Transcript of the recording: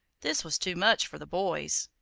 this was too much for the boys.